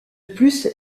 plus